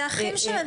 אלה אחים שלהם.